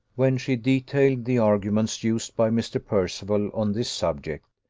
when she detailed the arguments used by mr. percival on this subject,